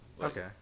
Okay